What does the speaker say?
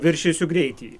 viršysiu greitį